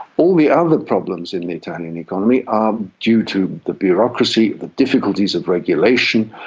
all the other problems in the italian economy are due to the bureaucracy, the difficulties of regulation,